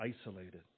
isolated